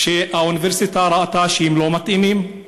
שהאוניברסיטה ראתה שהן לא מתאימות.